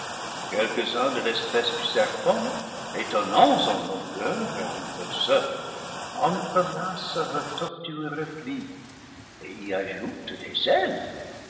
quelques-uns de l'espèce le paradis perdu du serpent étonnants en longueur et en grosseur entrelacent leurs tortueux replis et y ajoutent des ailes